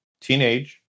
Teenage